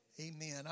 Amen